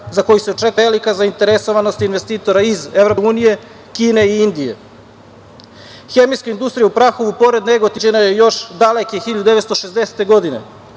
za koji se očekuje velika zainteresovanost investitora iz EU, Kine i Indije. Hemijska industrija u Prahovu pored Negotina izgrađena je još dalekih 1960. godine.